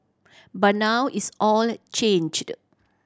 but now it's all changed